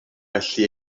felly